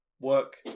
work